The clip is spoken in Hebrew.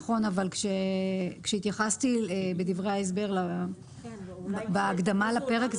נכון אבל כשהתייחסתי בדברי ההסבר בהקדמה לפרק,